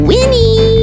Winnie